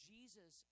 Jesus